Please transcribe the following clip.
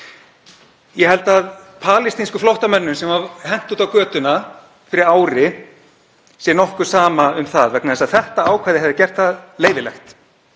Ég held að palestínsku flóttamönnunum sem var hent út á götuna fyrir ári sé nokkuð sama um það, vegna þess að þetta ákvæði hefði gert það leyfilegt.